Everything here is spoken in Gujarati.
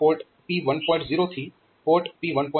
0 થી પોર્ટ P1